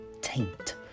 taint